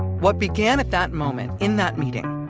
what began at that moment, in that meeting,